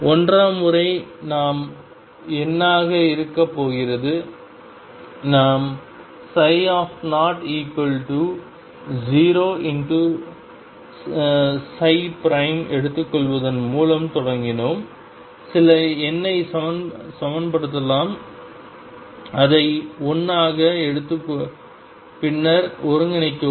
ஒன்றாம் முறை நாம் எண்ணாக இருக்கப் போகிறது நாம் 00 எடுத்துக்கொள்வதன் மூலம் தொடங்கினோம் சில எண்ணை சமப்படுத்தலாம் அதை 1 ஆக எடுத்து பின்னர் ஒருங்கிணைக்கவும்